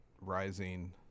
Rising